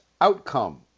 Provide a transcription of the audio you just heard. outcome